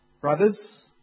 brothers